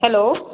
hello